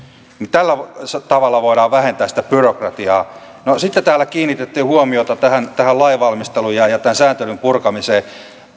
tällä tavalla voidaan vähentää sitä byrokratiaa sitten täällä kiinnitettiin huomiota tähän lainvalmisteluun ja tämän sääntelyn purkamiseen